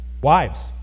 Wives